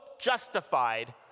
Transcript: justified